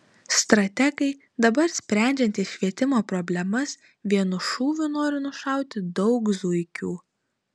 strategai dabar sprendžiantys švietimo problemas vienu šūviu nori nušauti daug zuikių